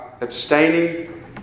abstaining